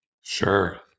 Sure